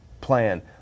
plan